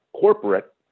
corporate